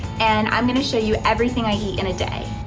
and i'm gonna show you everything i eat in a day.